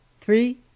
three